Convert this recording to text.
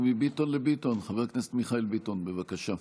מביטון לביטון חבר הכנסת מיכאל ביטון, בבקשה.